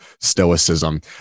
stoicism